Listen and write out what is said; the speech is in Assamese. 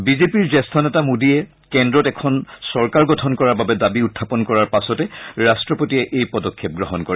বিজেপিৰ জ্যেষ্ঠ নেতা মোদীয়ে কেন্দ্ৰত এখন চৰকাৰ গঠন কৰাৰ বাবে দাবী উখাপন কৰাৰ পাছতে ৰট্টপতিয়ে এই পদক্ষেপ গ্ৰহণ কৰে